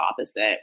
opposite